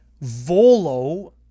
Volo